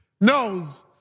knows